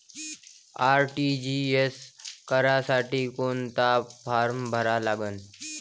RTGS करासाठी कोंता form भरा लागन?